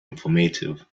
informative